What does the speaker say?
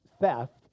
theft